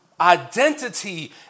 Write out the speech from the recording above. identity